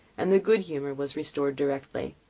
and their good humour was restored directly.